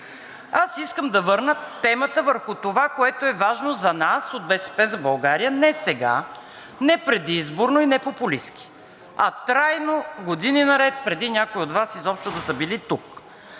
Искам да върна темата върху това, което е важно за нас от „БСП за България“ не сега, не предизборно и не популистки, а трайно години наред, преди някои от Вас изобщо да са били тук.